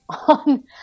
on